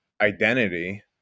identity